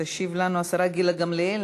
תשיב לנו השרה גילה גמליאל,